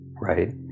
right